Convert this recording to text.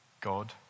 God